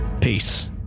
Peace